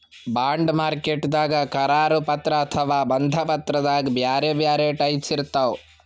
bond ಮಾರ್ಕೆಟ್ದಾಗ್ ಕರಾರು ಪತ್ರ ಅಥವಾ ಬಂಧ ಪತ್ರದಾಗ್ ಬ್ಯಾರೆ ಬ್ಯಾರೆ ಟೈಪ್ಸ್ ಇರ್ತವ್